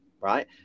Right